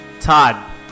Todd